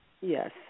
Yes